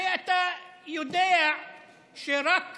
הרי אתה יודע שרק